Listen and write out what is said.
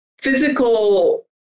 physical